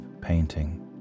painting